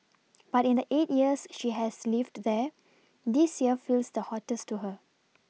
but in the eight years she has lived there this year feels the hottest to her